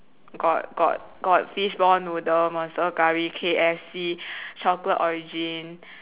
got got got fishball noodle monster curry K_F_C chocolate origin